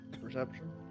Perception